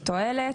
מתועלת.